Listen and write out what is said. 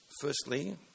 Firstly